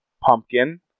pumpkin